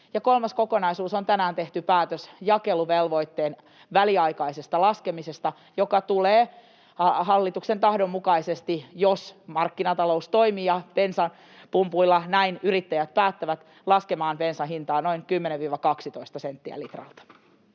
Kolmas kokonaisuus on tänään tehty päätös jakeluvelvoitteen väliaikaisesta laskemisesta, joka tulee hallituksen tahdon mukaisesti, jos markkinatalous toimii ja bensapumpuilla näin yrittäjät päättävät, laskemaan bensan hintaa noin 10—12 senttiä litralta.